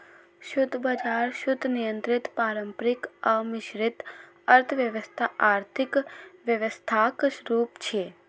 शुद्ध बाजार, शुद्ध नियंत्रित, पारंपरिक आ मिश्रित अर्थव्यवस्था आर्थिक व्यवस्थाक रूप छियै